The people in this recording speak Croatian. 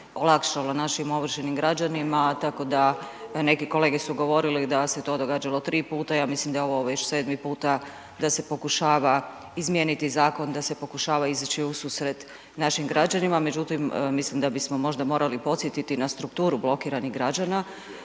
olakšalo našim ovršenim građanima, tako da neki kolege su govorili da se to događalo 3 puta, ja mislim da je ovo već 7 puta da se pokušava izmijeniti zakon, da se pokušava izići u susret našim građanima, međutim mislim da bismo možda morali podsjetiti na strukturu blokiranih građana,